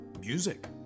music